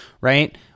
right